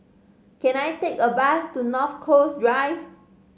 can I take a bus to North Coast Drive